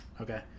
Okay